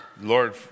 Lord